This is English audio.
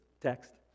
text